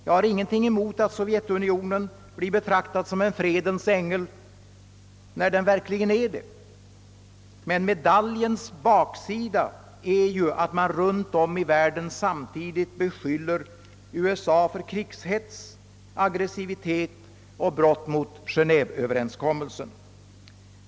Jag har ingenting emot att Sovjetunionen blir betraktad som en fredens ängel när den verkligen är det, men medaljens baksida är att man runt om i världen samtidigt beskyller USA för krigshets, aggressivitet och brott mot Genéveöverenskommelsen.